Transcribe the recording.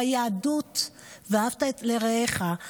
ביהדות יש "ואהבת לרעך",